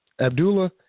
Abdullah